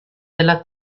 della